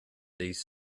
these